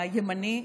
הימני.